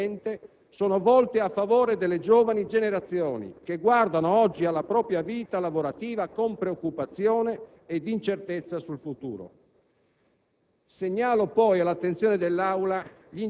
Entrambe queste misure, come risulta del tutto evidente, sono volte a favore delle giovani generazioni, che guardano oggi alla propria vita lavorativa con preoccupazione ed incertezza sul futuro.